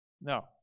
No